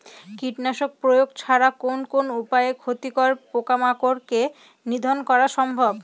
কীটনাশক প্রয়োগ ছাড়া কোন কোন উপায়ে ক্ষতিকর পোকামাকড় কে নিধন করা সম্ভব?